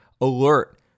alert